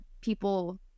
people